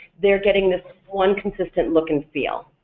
they're getting this one consistent look and feel.